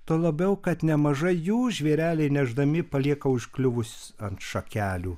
tuo labiau kad nemaža jų žvėreliai nešdami palieka užkliuvus ant šakelių